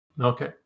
Okay